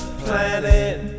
planet